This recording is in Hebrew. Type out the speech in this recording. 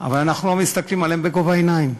אבל אנחנו לא מסתכלים עליהם בגובה העיניים.